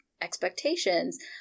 expectations